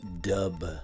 Dub